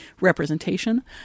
representation